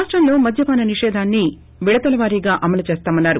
రాష్టంలో మద్యపాన నిషేధాన్ని విడతల వారీగా అమలు చేస్తామన్నారు